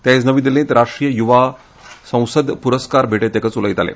ते आयज नवी दिल्लींत राष्ट्रीय युवा संसद उत्सव पुरस्कार भेटयतकच उलयताले